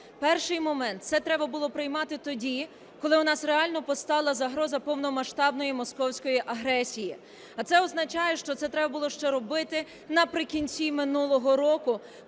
Перший момент. Це треба було приймати тоді, коли у нас реально постала загроза повномасштабної московської агресії. А це означає, що це треба було ще робити наприкінці минулого року,